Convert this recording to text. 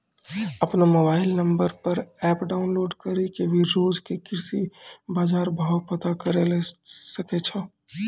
आपनो mobile number पर app download करी कॅ भी रोज के कृषि बाजार भाव पता करै ल सकै छो